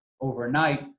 overnight